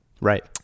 right